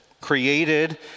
Created